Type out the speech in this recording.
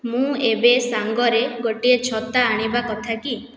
ମୁଁ ଏବେ ସାଙ୍ଗରେ ଗୋଟିଏ ଛତା ଆଣିବା କଥା କି